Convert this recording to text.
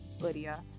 Lydia